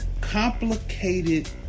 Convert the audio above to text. complicated